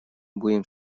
будем